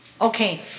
Okay